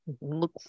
Look